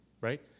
right